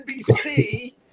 NBC